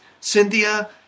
Cynthia